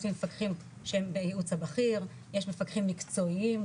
יש לי מפקחים שהם בייעוץ הבכיר יש מפקחים מקצועיים,